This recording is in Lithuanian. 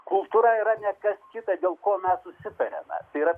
kultūra yra ne kas kita dėl ko mes susitariame tai yra